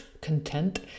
content